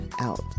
out